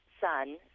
son